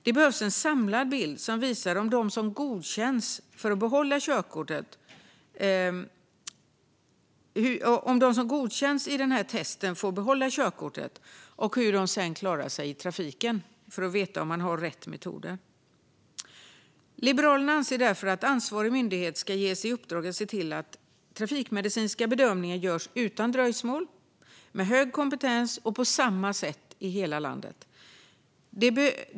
Det behövs en samlad bild som visar om de som godkänns i testen får behålla körkortet och hur de sedan klarar sig i trafiken, för att veta om man har rätt metoder. Liberalerna anser därför att ansvarig myndighet ska ges i uppdrag att se till att trafikmedicinska bedömningar görs utan dröjsmål, med hög kompetens och på samma sätt i hela landet.